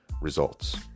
results